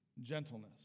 gentleness